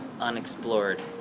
unexplored